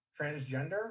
transgender